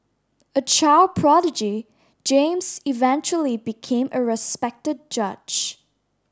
a child prodigy James eventually became a respected judge